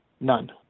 None